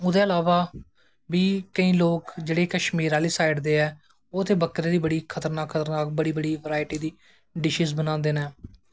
ओह्दे इलावा बी केंई लोग जेह्ड़े कश्मीर आह्ली साईड दे ऐं ओह् ते बकरे दी बड़ी खतरनाक खतरनाक बड़ी बराईटी दी डिशज बनांदे नै